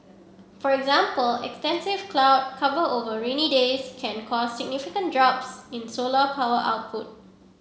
for example extensive cloud cover over rainy days can cause significant drops in solar power output